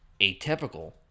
atypical